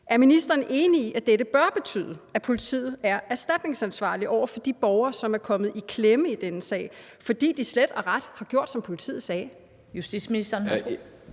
Er ministeren enig i, at dette bør betyde, at politiet er erstatningsansvarlig over for de borgere, som er kommet i klemme i denne sag, fordi de slet og ret har gjort, som politiet sagde? Kl. 15:57 Den fg.